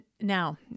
Now